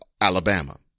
Alabama